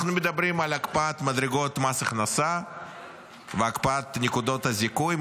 אנחנו מדברים על הקפאת מדרגות מס ההכנסה והקפאת נקודות הזיכוי,